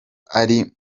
ari